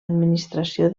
administració